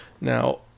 Now